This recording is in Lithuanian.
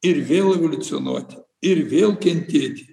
ir vėl evoliucionuoti ir vėl kentėti